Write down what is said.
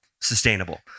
sustainable